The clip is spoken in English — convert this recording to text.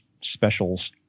specials